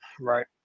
right